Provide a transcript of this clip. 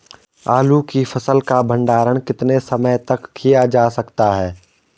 आलू की फसल का भंडारण कितने समय तक किया जा सकता है?